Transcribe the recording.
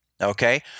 Okay